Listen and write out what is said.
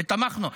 ותמכנו.